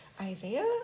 Isaiah